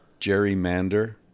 Gerrymander